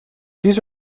these